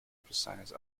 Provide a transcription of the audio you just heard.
precise